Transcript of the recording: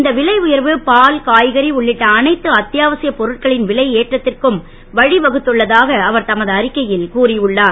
இந்த விலை உயர்வு பால் கா கறி உள்ளிட்ட அனைத்து அத் யாவசியப் பொருட்களின் விலை ஏற்றத் ற்கும் வ வகுத்துள்ளாதாக அவர் தமது அறிக்கை ல் கூறி உள்ளார்